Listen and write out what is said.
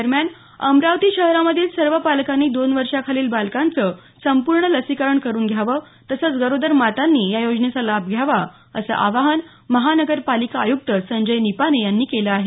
दरम्यान अमरावती शहरामधील सर्व पालकांनी दोन वर्षाखालील बालकांचे संपूर्ण लसीकरण करून घ्यावं तसंच गरोदर मातांनी या योजनेचा लाभ घ्यावा असं आवाहन महानगरपालिका आयुक्त संजय निपाने यांनी केलं आहे